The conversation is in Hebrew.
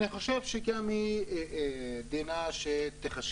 אני חושב שדינה שהיא תיכשל